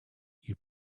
you